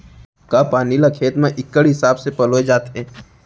का पानी ला खेत म इक्कड़ हिसाब से पलोय जाथे?